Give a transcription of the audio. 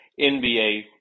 NBA